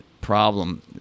problem